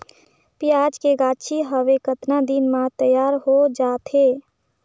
पियाज के गाछी हवे कतना दिन म तैयार हों जा थे?